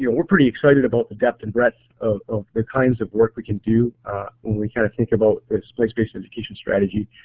you know we're pretty excited about the depth and breadth of of the kinds of work we can do when we kind of think about this place based education strategy.